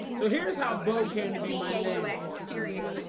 so here's how bo came to be like serious,